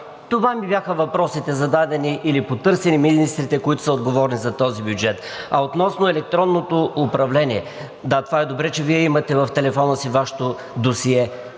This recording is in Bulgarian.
Това ми бяха зададените въпроси и потърсени министрите, които са отговорни за този бюджет. А относно електронното управление. Да, това е добре, че Вие имате в телефона си Вашето досие,